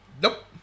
Nope